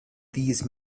these